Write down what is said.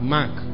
Mark